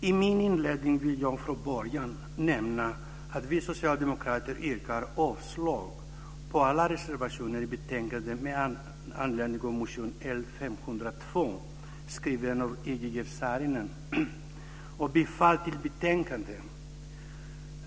Fru talman! Jag vill i min inledning nämna att vi socialdemokrater yrkar avslag på alla reservationer i betänkandet med anledning av motion L502, skriven av Ingegerd Saarinen. Jag yrkar bifall till utskottets hemställan i betänkandet.